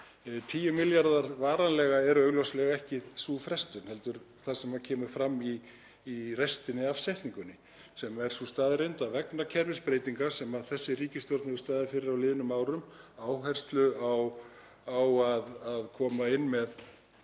10 milljarðar varanlega eru augljóslega ekki sú frestun heldur það sem kemur fram í restinni af setningunni, sem er sú staðreynd að vegna kerfisbreytinga sem þessi ríkisstjórn hefur staðið fyrir á liðnum árum og áherslu á að koma inn með